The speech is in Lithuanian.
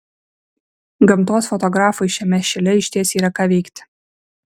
gamtos fotografui šiame šile išties yra ką veikti